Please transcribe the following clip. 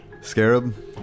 Scarab